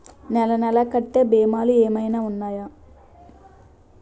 నెల నెల కట్టే భీమాలు ఏమైనా ఉన్నాయా?